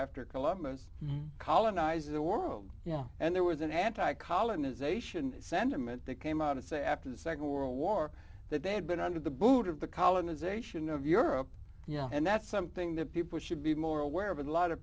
after columbus colonized the world you know and there was an anti colonization sentiment that came out of say after the nd world war that they had been under the boot of the colonization of europe you know and that's something that people should be more aware of a lot of